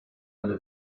alle